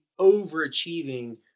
overachieving